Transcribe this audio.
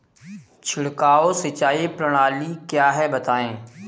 छिड़काव सिंचाई प्रणाली क्या है बताएँ?